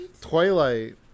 Twilight